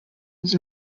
was